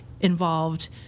involved